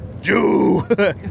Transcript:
Jew